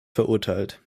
verurteilt